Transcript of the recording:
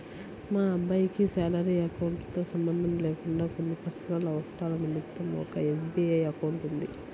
మా అబ్బాయికి salary account తో సంబంధం లేకుండా కొన్ని పర్సనల్ అవసరాల నిమిత్తం ఒక ఎస్.బీ.ఐ అకౌంట్ ఉంది